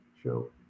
show